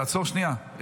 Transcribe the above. תעצור שנייה.